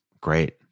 Great